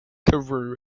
carew